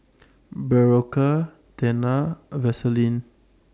Berocca Tena A Vaselin